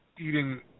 eating